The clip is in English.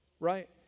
right